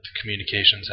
Communications